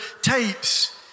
tapes